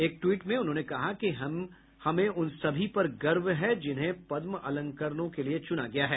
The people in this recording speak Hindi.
एक ट्वीट में उन्होंने कहा कि हमें उन सभी पर गर्व है जिन्हें पद्म अलंकरणों के लिए चुना गया है